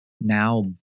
now